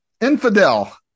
Infidel